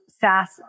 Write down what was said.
SaaS